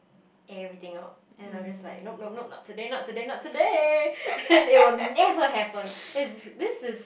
everything out and I'm just like nope nope nope not today not today not today and it will never happen it~ this is